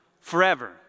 Forever